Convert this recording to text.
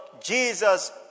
Jesus